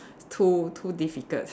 too too difficult